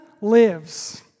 lives